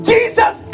Jesus